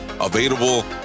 available